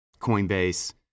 Coinbase